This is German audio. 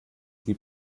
die